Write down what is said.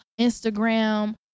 Instagram